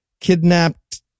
kidnapped